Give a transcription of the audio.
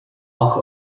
och